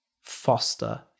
foster